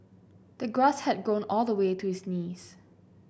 the grass had grown all the way to his knees